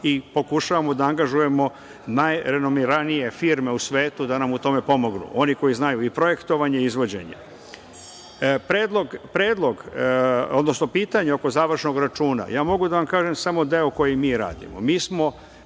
i pokušavamo da angažujemo najrenomiranije firme u svetu da nam u tome pomognu, oni koji znaju i projektovanje i izvođenje. Predlog, odnosno pitanja oko završnog računa, ja mogu da vam kažem samo deo koji mi radimo. Mi